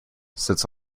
sits